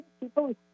people